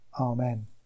Amen